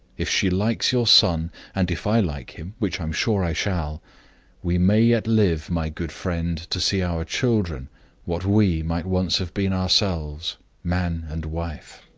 if she likes your son and if i like him, which i am sure i shall we may yet live, my good friend, to see our children what we might once have been ourselves man and wife